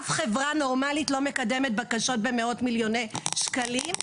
אף חברה נורמלית לא מקדמת בקשות במאות מיליוני שקלים,